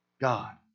god